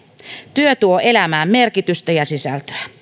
työ tuo elämään merkitystä ja sisältöä